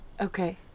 okay